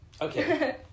Okay